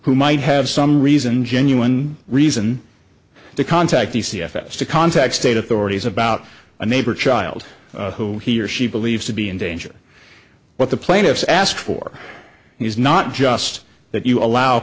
who might have some reason genuine reason to contact the c f s to contact state authorities about a neighbor child who he or she believes to be in danger what the plaintiffs asked for is not just that you allow